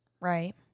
right